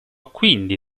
quindi